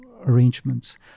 arrangements